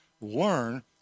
learn